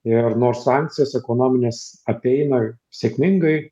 ir nors sankcijas ekonomines apeina ir sėkmingai